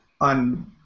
on